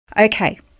Okay